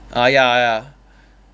ah ya ya